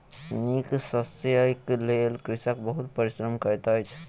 नीक शस्यक लेल कृषक बहुत परिश्रम करैत अछि